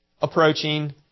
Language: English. approaching